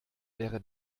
wäre